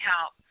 help